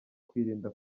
kwirinda